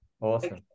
awesome